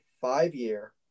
five-year